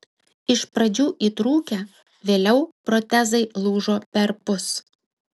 iš pradžių įtrūkę vėliau protezai lūžo perpus